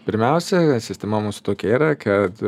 pirmiausia sistema mūsų tokia yra kad